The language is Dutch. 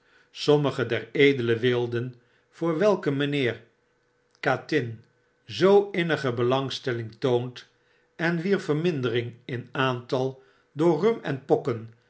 sommige der edele wilden voor welke mijnheer catlin zoo innige belangstelling toont en wier vermindering in aantal door rum en pokken